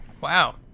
Wow